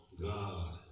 God